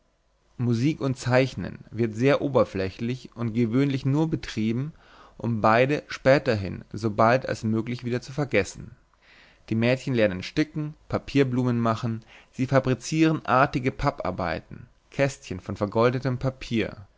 musik und zeichnen wird sehr oberflächlich und gewöhnlich nur betrieben um beides späterhin so bald als möglich wieder zu vergessen die mädchen lernen sticken papierblumen machen sie fabrizieren artige papparbeiten kästchen von vergoldetem papier